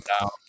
down